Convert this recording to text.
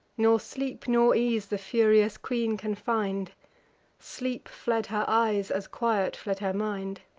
nor sleep nor ease the furious queen can find sleep fled her eyes, as quiet fled her mind.